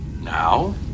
Now